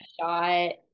shot